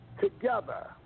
together